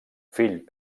fill